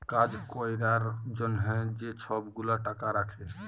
কাজ ক্যরার জ্যনহে যে ছব গুলা টাকা রাখ্যে